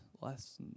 less